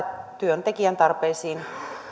työntekijän tarpeisiin